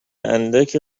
اندک